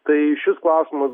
tai šis klausimas